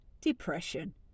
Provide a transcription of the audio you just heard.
depression